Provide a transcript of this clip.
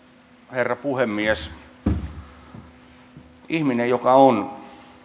herra puhemies ihmisellä joka on